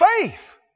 Faith